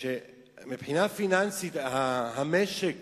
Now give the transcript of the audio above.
שמבחינה פיננסית המשק